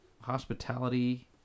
hospitality